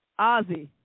Ozzy